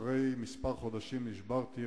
אחרי כמה חודשים נשברתי,